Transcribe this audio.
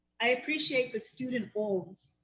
i appreciate the student role,